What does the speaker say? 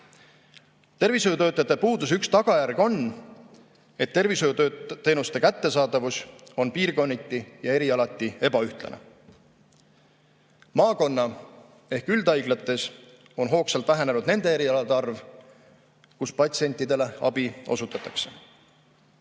Tervishoiutöötajate puuduse üks tagajärg on, et tervishoiuteenuste kättesaadavus on piirkonniti ja erialati ebaühtlane. Maakonna- ehk üldhaiglates on hoogsalt vähenenud nende erialade arv, kus patsientidele abi osutatakse.